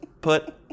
put